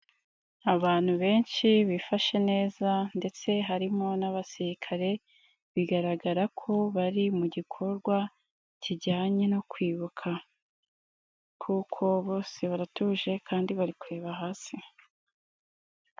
Abantu benshi bifashe neza ndetse harimo n'abasirikare. Bigaragara ko bari mu gikorwa kijyanye no kwibuka kuko bose baratuje kandi bari kureba hasi.